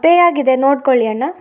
pay ಆಗಿದೆ ನೋಡ್ಕೊಳ್ಳಿ ಅಣ್ಣ